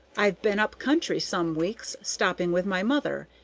i've been up country some weeks, stopping with my mother,